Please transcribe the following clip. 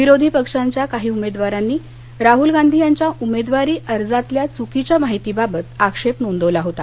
विरोधी पक्षांच्या काही उमेदवारांनी राहुल गांधी यांच्या उमेदवारी अर्जातल्या चुकीच्यामाहितीबाबत आक्षेप नोंदवला होता